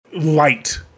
light